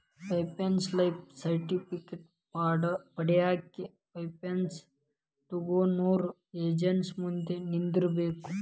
pension life certificate ಪಡ್ಯಾಕ pension ತೊಗೊನೊರ agency ಮುಂದ ನಿಂದ್ರಬೇಕ್